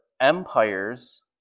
empires